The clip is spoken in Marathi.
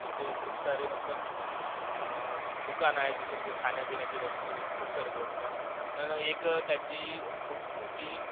तिथे खूप सारे मतलब दुकान आहे जिथे म्हणजे खाण्यापिण्याची वस्तू खूप सारे भेटतात पण एक त्याची खूप मोठी